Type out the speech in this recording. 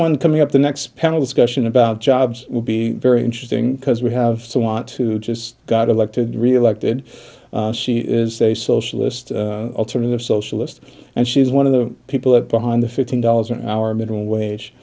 one coming up the next panel discussion about jobs will be very interesting because we have so want to just got elected reelected she is a socialist alternative socialist and she is one of the people that behind the fifteen dollars an hour minimum